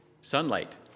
Sunlight